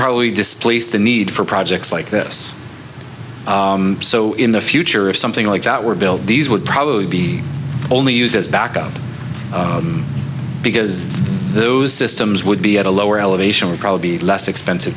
probably displace the need for projects like this so in the future if something like that were build these would probably be only use back out because those systems would be at a lower elevation would probably be less expensive